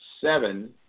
seven